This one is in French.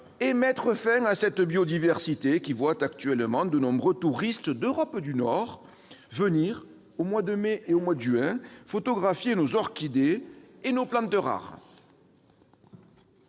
et mettre fin à cette biodiversité qui voit actuellement de nombreux touristes d'Europe du Nord venir, aux mois de mai et juin, photographier nos orchidées et nos plantes rares.